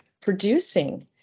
producing